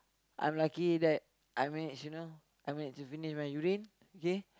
I'm lucky that I managed you know I managed to finish my urine okay